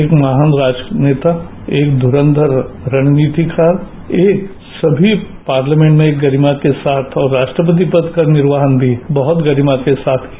एक महान राष्ट्रनेता एक धुरंधर रणनीतिकार एक सभी पार्लियामेंट में गरिमा के साथ और राष्ट्रपति पद का निर्वहन भी बहुत गरिमा के साथ किया